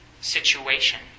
situation